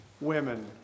women